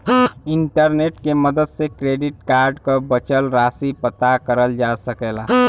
internet के मदद से क्रेडिट कार्ड क बचल राशि पता करल जा सकला